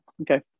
Okay